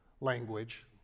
language